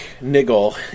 Niggle